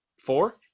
Four